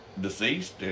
deceased